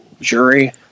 jury